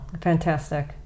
fantastic